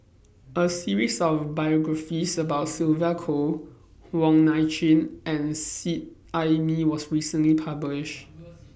A series of biographies about Sylvia Kho Wong Nai Chin and Seet Ai Mee was recently published